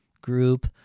group